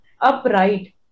upright